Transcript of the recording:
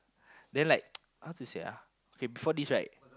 then like how to say ah okay before this right